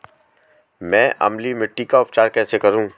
मैं अम्लीय मिट्टी का उपचार कैसे करूं?